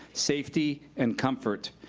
safety, and comfort.